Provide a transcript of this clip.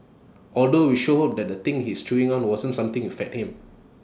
although we sure hope that the thing he was chewing on wasn't something you fed him